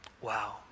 Wow